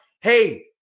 hey